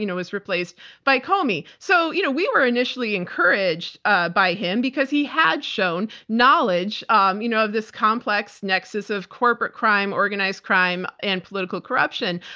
you know was replaced by comey. so you know we were initially encouraged ah by him, because he had shown knowledge um you know of this complex nexus of corporate crime, organized crime, and political corruption.